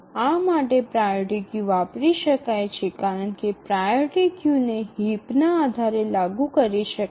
આ માટે priority queue વાપરી શકાય છે કારણ કે પ્રાઓરિટી ક્યૂને હીપના આધારે લાગુ કરી શકાય છે